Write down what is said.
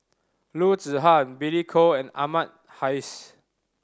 Loo Zihan Billy Koh and Ahmad Hais